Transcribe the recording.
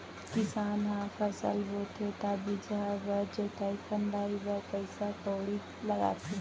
किसान ह फसल बोथे त बीजहा बर, जोतई फंदई बर पइसा कउड़ी लगाथे